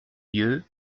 lieu